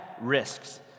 risks